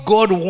God